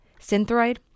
Synthroid